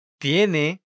¿Tiene